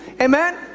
Amen